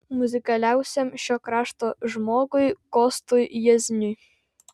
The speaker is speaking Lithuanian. muzikaliausiam šio krašto žmogui kostui jiezniui